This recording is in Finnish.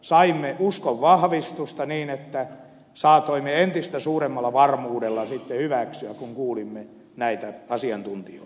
saimme uskonvahvistusta niin että saatoimme entistä suuremmalla varmuudella sitten hyväksyä kun kuulimme näitä asiantuntijoita